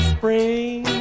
Spring